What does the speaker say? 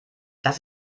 das